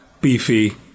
Beefy